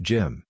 Jim